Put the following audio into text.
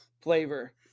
flavor